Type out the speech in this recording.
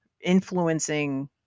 influencing